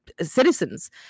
citizens